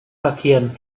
verkehren